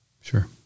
Sure